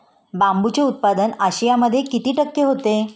बांबूचे उत्पादन आशियामध्ये किती टक्के होते?